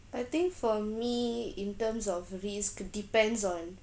I think for me in terms of risk depends on